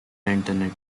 internet